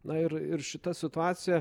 na ir ir šita situacija